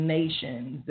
nations